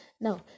Now